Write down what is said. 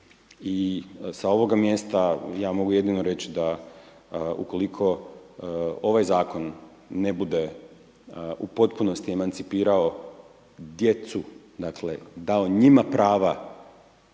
i sa ovoga mjesta ja mogu jedino reći da ukoliko ovaj zakon ne bude u potpunosti emancipirao djecu, dakle dao njima prava